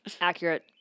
Accurate